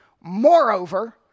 Moreover